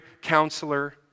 counselor